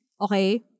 okay